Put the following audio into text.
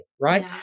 right